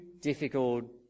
difficult